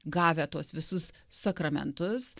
gavę tuos visus sakramentus